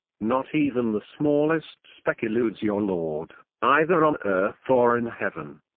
not even the smallest speck eludes your lord, either on earth or in heaven.